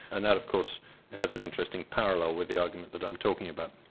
and that of course has an interesting parallel with the argument that i'm talking about.